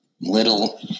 little